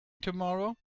tomorrow